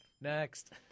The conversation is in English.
Next